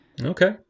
Okay